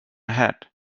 head